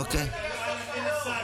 אין לנו מושג על מה לגנות.